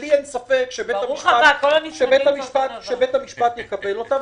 ואין לי ספק שבית המשפט מקבל אותה,